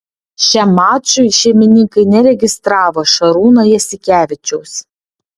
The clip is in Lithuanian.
šiam mačui šeimininkai neregistravo šarūno jasikevičiaus